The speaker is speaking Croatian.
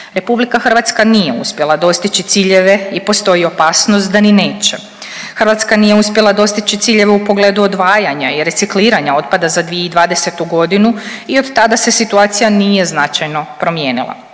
i obradu smeća. RH nije uspjela dostići ciljeve i postoji opasnost da ni neće. Hrvatska nije uspjela dostići ciljeve u pogledu odvajanja i recikliranja otpada za 2020. godinu i od tada se situacija nije značajno promijenila.